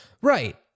right